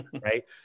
Right